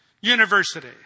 University